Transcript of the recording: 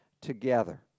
together